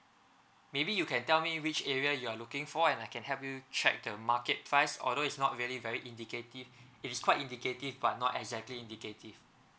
maybe you can tell me which area you're looking for and I can help you check the market price although is not very valid indicative it is quite indicative but not exactly indicative